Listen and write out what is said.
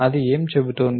అది ఏమి చెబుతోంది